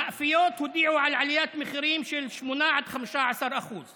מאפיות הודיעו על עליית מחירים של %8 עד 15%;